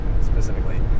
specifically